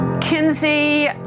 Kinsey